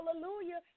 hallelujah